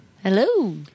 Hello